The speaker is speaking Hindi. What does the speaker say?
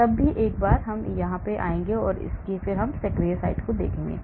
एक बार जब मैं यहां आऊंगा तो मैं सक्रिय साइट को देखूंगा